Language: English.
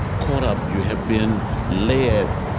caught up. you have been led.